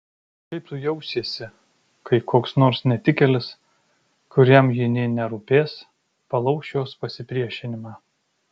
kaip tu jausiesi kai koks nors netikėlis kuriam ji nė nerūpės palauš jos pasipriešinimą